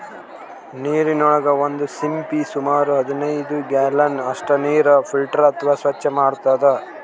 ನೀರಿನೊಳಗಿನ್ ಒಂದ್ ಸಿಂಪಿ ಸುಮಾರ್ ಹದನೈದ್ ಗ್ಯಾಲನ್ ಅಷ್ಟ್ ನೀರ್ ಫಿಲ್ಟರ್ ಅಥವಾ ಸ್ವಚ್ಚ್ ಮಾಡ್ತದ್